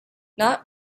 not